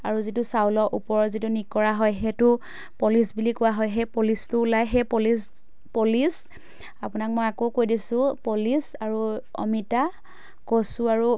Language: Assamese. আৰু যিটো চাউলৰ ওপৰৰ যিটো নিকৰা হয় সেইটো পলিচ বুলি কোৱা হয় সেই পলিচটো ওলায় সেই পলিচ পলিচ আপোনাক মই আকৌ কৈ দিছোঁ পলিচ আৰু অমিতা কচু আৰু